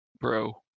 bro